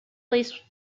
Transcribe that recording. least